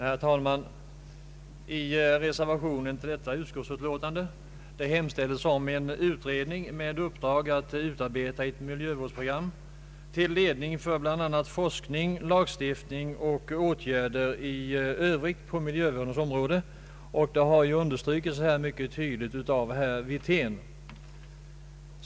Herr talman! I reservationen till detta utskottsutlåtande hemställes om en utredning med uppdrag att utarbeta ett miljövårdsprogram till ledning för bl.a. forskning, lagstiftning och åtgärder i övrigt på miljövårdens område. Detta har understrukits mycket tydligt av herr Wirtén.